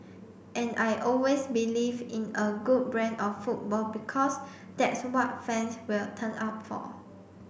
and I always believed in a good brand of football because that's what fans will turn up for